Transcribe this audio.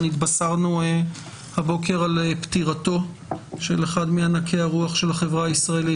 התבשרנו הבוקר על פטירתו של אחד מענקי הרוח של החברה הישראלית,